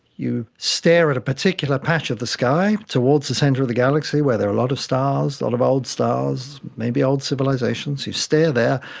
you stare at a particular patch of the sky towards the centre of the galaxy where there are a lot of stars, a lot of old stars, maybe old civilisations, you stare there,